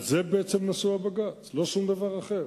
על זה בעצם הבג"ץ, לא על שום דבר אחר.